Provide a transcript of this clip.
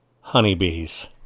honeybees